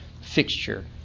fixture